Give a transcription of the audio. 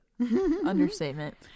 Understatement